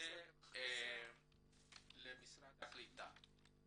נפנה למשרד הקליטה.